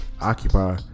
occupy